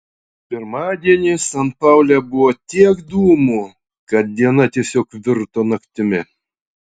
pirmadienį san paule buvo tiek dūmų kad diena tiesiog virto naktimi